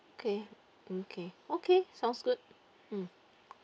okay mm K okay sounds good mm